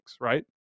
right